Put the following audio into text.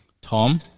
Tom